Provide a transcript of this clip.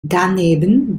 daneben